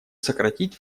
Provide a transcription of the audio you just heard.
сократить